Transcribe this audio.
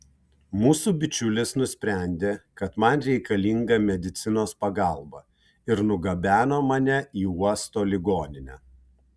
mūsų bičiulis nusprendė kad man reikalinga medicinos pagalba ir nugabeno mane į uosto ligoninę